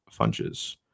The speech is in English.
Funches